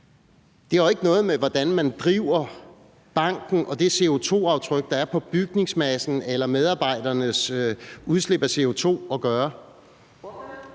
det jo ikke noget at gøre med, hvordan man driver banken og det CO2-aftryk, der er på bygningsmassen eller medarbejdernes udslip af CO2. Kl.